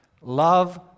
love